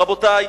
רבותי,